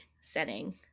setting